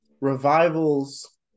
revivals